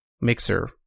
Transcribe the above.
Mixer